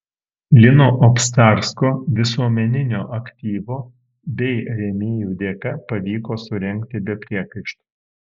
lino obcarsko visuomeninio aktyvo bei rėmėjų dėka pavyko surengti be priekaištų